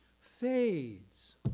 fades